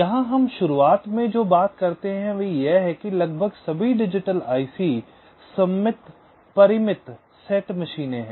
यहां हम शुरुआत में जो बात करते हैं वह यह है कि लगभग सभी डिजिटल आईसी सममित परिमित सेट मशीनें हैं